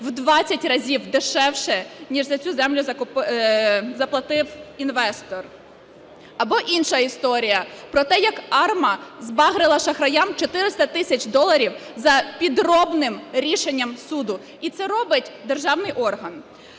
в 20 разів дешевше, ніж за цю землю заплатив інвестор. Або інша історія: про те як АРМА "збагрила" шахраям 400 тисяч доларів за підробним рішенням суду. І це робить державний орган.